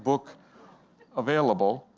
book available.